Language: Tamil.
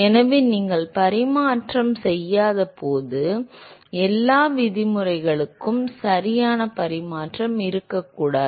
எனவே நீங்கள் பரிமாணம் செய்யாதபோது எல்லா விதிமுறைகளுக்கும் சரியான பரிமாணம் இருக்கக்கூடாது